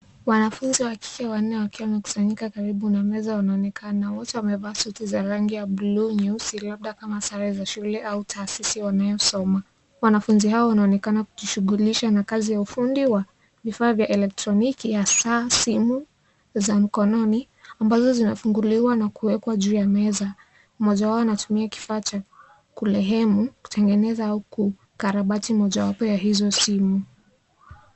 Wanafunzi wa kike wanne wakiwa wamekusanyika karibu na meza wanaonekana. Wote wamevaa suti za rangi ya buluu nyeusi labda kama sare za shule au taasisi wanasoma. Wanafunzi hao wanaonekana kujishughulisha na kazi ya ufundi wa vifaa vya elektroniki ya saa, simu za mkononi ambazo zimefunguliwa na kuwekwa juu ya meza. Moja wao anatumia kifaa cha kulehemu kutengeneza au kukarabati mojawapo ya hizo simu.